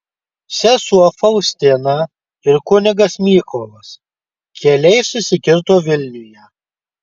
sesuo faustina ir kunigas mykolas keliai susikirto vilniuje